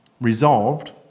Resolved